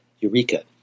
Eureka